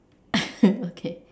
okay